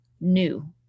new